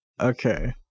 Okay